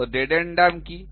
তো ডেডেন্ডাম কী